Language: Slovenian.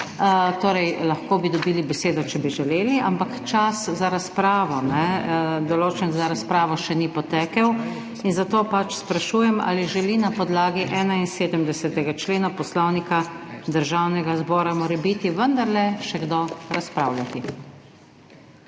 Torej lahko bi dobili besedo, če bi želeli, ampak čas, določen za razpravo, še ni potekel in zato sprašujem, ali želi na podlagi 71. člena Poslovnika Državnega zbora morebiti vendarle še kdo razpravljati?